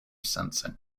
sensing